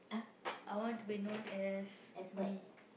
I want to be known as me